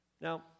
Now